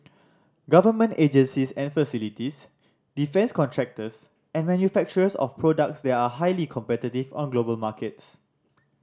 government agencies and facilities defence contractors and manufacturers of products that are highly competitive on global markets